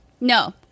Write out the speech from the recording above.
No